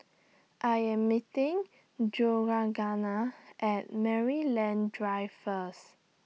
I Am meeting Georgianna At Maryland Drive First